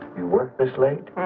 work this late.